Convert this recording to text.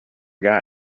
guy